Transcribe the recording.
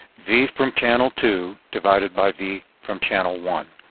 v from channel two divided by v from channel one.